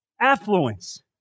Affluence